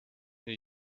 new